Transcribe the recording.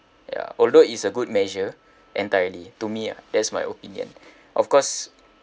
ya although is a good measure entirely to me ah that's my opinion of course